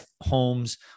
homes